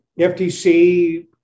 FTC